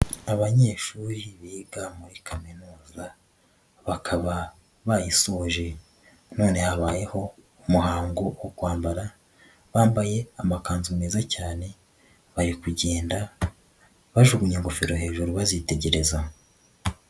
Abanyeshuri biga muri Kaminuza bakaba bayisoje, none habayeho umuhango wo kwambara, bambaye amakanzu meza cyane, bari kugenda bajugunya ingofero hejuru bazitegereza.